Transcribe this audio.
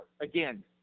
again